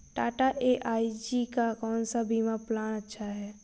Tata AIG का कौन सा बीमा प्लान अच्छा है?